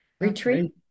Retreat